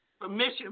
permission